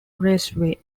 raceway